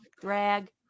Drag